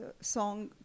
song